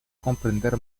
comprender